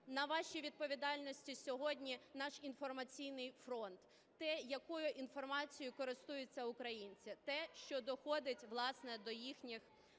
на вашій відповідальності сьогодні наш інформаційний фронт – те, якою інформацією користуються українці, те, що доходить, власне, до їхніх